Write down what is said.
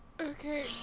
Okay